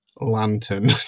lantern